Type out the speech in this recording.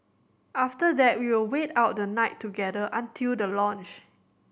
after that we will wait out the night together until the launch